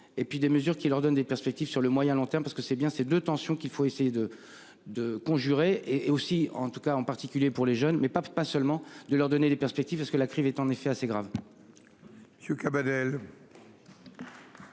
et puis des mesures qui leur donne des perspectives sur le moyen long terme parce que c'est bien, c'est de tension qu'il faut essayer de de conjurer et aussi en tout cas en particulier pour les jeunes mais pas pas seulement de leur donner des perspectives, parce que la crise est en effet assez grave.